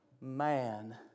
Man